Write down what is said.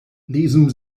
lesen